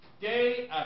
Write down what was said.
day